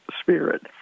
spirit